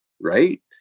right